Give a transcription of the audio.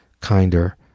kinder